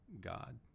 God